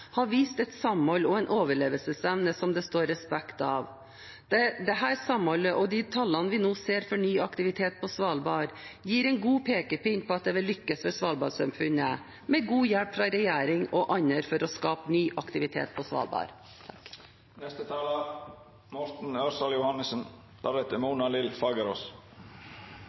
har vist et samhold og en overlevelsesevne som det står respekt av. Dette samholdet og de tallene vi nå ser for ny aktivitet på Svalbard, gir en god pekepinn på at det vil lykkes for svalbardsamfunnet, med god hjelp fra regjering og andre for å skape ny aktivitet på Svalbard.